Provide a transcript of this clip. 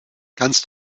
kannst